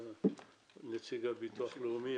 נציג הביטוח הלאומי,